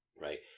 Right